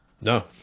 No